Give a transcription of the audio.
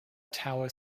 tower